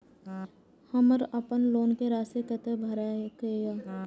हमर अपन लोन के राशि कितना भराई के ये?